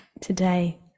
today